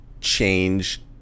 change